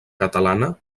catalana